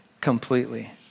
completely